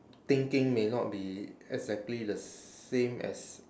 thinking may not be exactly the same as